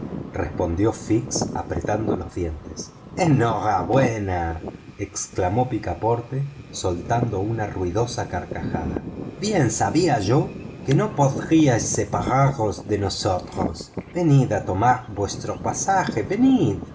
respondió fix apretando los dientes enhorabuena exclamó picaporte soltando una ruidosa carcajada bien sabía yo que no podríais separaros de nosotros venid a tomar vuestro pasaje venid